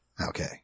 Okay